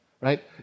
Right